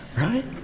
right